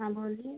हाँ बोलिए